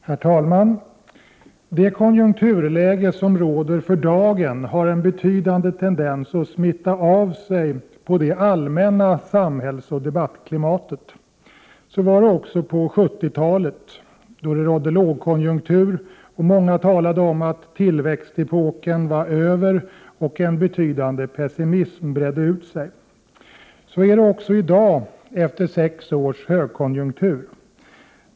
Herr talman! Det konjunkturläge som råder för dagen har en betydande tendens att smitta av sig på det allmänna samhällsoch debattklimatet. Så var det också under lågkonjunkturen på 70-talet, då många talade om att tillväxtepoken var över och en betydande pessimism bredde ut sig. Så är det också i dag efter sex års högkonjunktur.